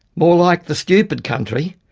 more like the stupid country.